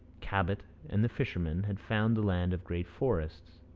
cabot and the fishermen had found a land of great forests,